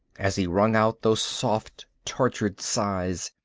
as he wrung out those soft, tortured sighs,